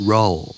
Roll